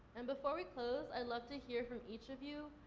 and before we close, i'd love to hear from each of you,